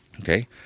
Okay